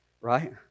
right